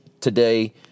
today